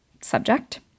subject